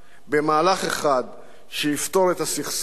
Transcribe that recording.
במהלך אחד שיפתור את הסכסוך,